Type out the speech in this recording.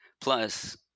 Plus